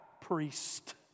priest